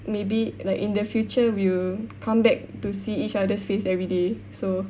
maybe like in the future we will come back to see each other's face every day so